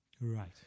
Right